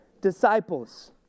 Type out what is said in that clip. Disciples